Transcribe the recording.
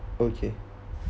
okay